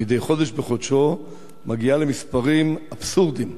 מדי חודש בחודשו מגיעה למספרים אבסורדיים.